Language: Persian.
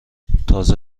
تازه